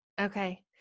Okay